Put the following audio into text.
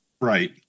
Right